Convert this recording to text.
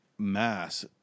mass